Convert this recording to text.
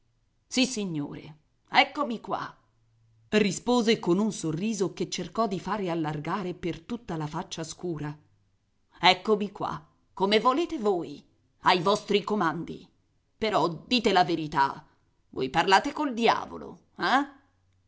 stomaco sissignore eccomi qua rispose con un sorriso che cercò di fare allargare per tutta la faccia scura eccomi qua come volete voi ai vostri comandi però dite la verità voi parlate col diavolo eh